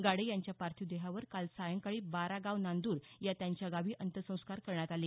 गाडे यांच्या पार्थिव देहावर काल सायंकाळी बारागाव नांदर या त्यांच्या गावी अंत्यसंस्कार करण्यात आले